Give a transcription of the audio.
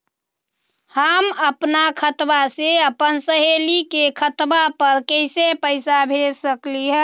हम अपना खाता से अपन सहेली के खाता पर कइसे पैसा भेज सकली ह?